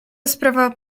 sprawa